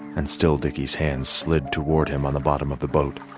and still dickey's hands slid toward him on the bottom of the boat.